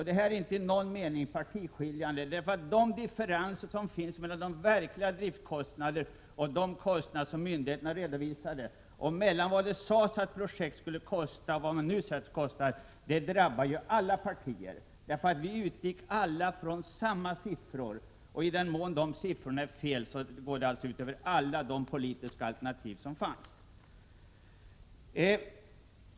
Det här är inte i någon mening partiskiljande, för de differenser som finns mellan de verkliga driftkostnaderna och de kostnader som myndigheterna redovisade och mellan vad det sades att projekt skulle kosta och vad man nu säger att de kostar drabbar alla partier. Vi utgick ju alla från samma siffror, och i den mån dessa var felaktiga går det ut över alla de politiska alternativ som fanns.